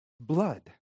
blood